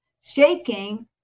shaking